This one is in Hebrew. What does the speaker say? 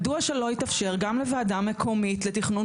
מדוע שלא יתאפשר גם לוועדה מקומית לתכנון